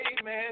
Amen